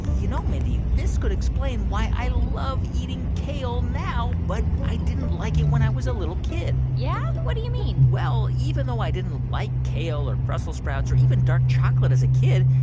you know, mindy, this could explain why i love eating kale now, but i didn't like it when i was a little kid yeah? what do you mean? well, even though i didn't like kale or brussels sprouts or even dark chocolate as a kid,